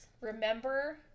Remember